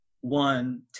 one